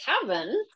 Kevin